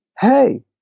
hey